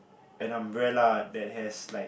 an umbrella that has like